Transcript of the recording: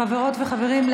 חברות וחברים,